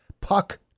Puck